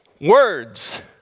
words